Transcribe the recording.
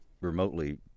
remotely